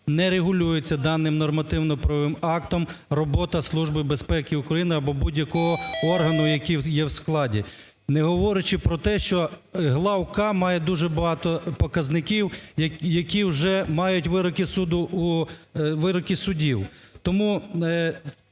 не регулюється даним нормативно-правовим актом робота Служби безпеки України або будь-якого органу, який є в складі, не говорячи про те, що главк "К" має дуже багато показників, які вже мають вироки суду у… вироки судів.